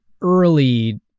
early